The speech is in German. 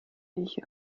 eiche